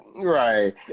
Right